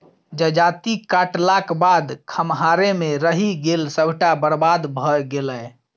जजाति काटलाक बाद खम्हारे मे रहि गेल सभटा बरबाद भए गेलै